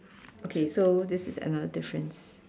okay so this is another difference